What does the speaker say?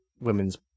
women's